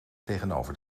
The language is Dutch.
tegenover